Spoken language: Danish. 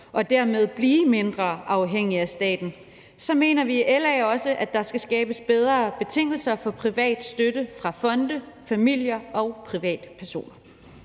og dermed blive mindre afhængige af staten, så mener vi i LA også, at der skal skabes bedre betingelser for privat støtte fra fonde, familier og privatpersoner.